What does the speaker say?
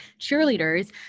cheerleaders